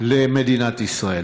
למדינת ישראל.